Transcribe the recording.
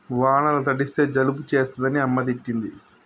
వానల తడిస్తే జలుబు చేస్తదని అమ్మ తిట్టింది